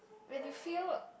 when you feel